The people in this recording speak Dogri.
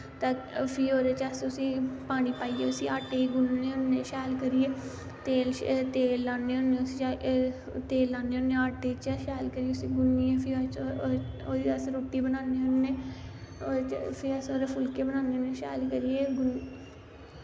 फ्ही ओह्दे च अस उसी पानी पाईयै उसी आटेई गुन्नने होन्ने शैल करियै तेल लान्ने होन्ने उसी तेल लान्ने होन्ने आटे च शैल करियै उसी गुन्नियै फ्ही ओह्दे च फ्ही ओह्दी अस रुट्टी बनाने होन्ने फ्ही अस ओह्दे फुल्के बनान्ने होने शैल करिये